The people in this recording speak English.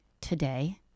today